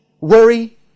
worry